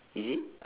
is it